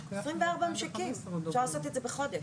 24 משקים, אפשר לעשות את זה בחודש.